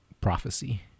Prophecy